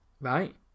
right